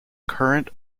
current